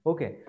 Okay